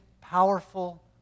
powerful